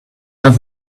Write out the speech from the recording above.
have